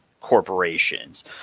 corporations